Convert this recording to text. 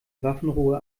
waffenruhe